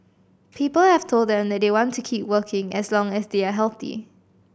people have told him that they want to keep working as long as they are healthy